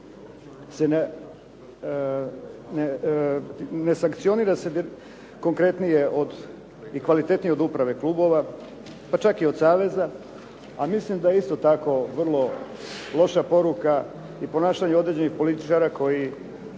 ne sankcionira konkretnije i kvalitetnije od uprave klubova pa čak i od saveza. A mislim da je isto tako vrlo loša poruka i ponašanje određenih političara koji